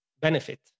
benefit